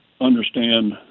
understand